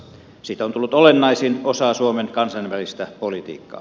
siitä on tullut olennaisin osa suomen kansainvälistä politiikkaa